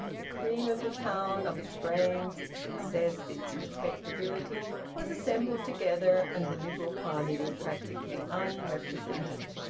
the cream of the town, of its brains, its success, its respectability, was assembled together, and the liberal party was practically unrepresented.